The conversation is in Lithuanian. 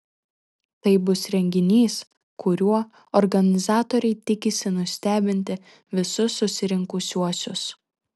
tai bus renginys kuriuo organizatoriai tikisi nustebinti visus susirinkusiuosius